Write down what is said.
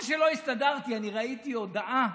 מה שלא הסתדרתי, אני ראיתי הודעה